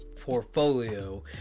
portfolio